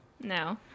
No